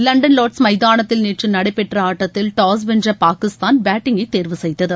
London Lord's எமதானத்தில் நேற்று நடைபெற்ற ஆட்டத்தில் டாஸ் வென்ற பாகிஸ்தான் பேட்டிங்கை தேர்வு செய்தது